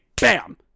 Bam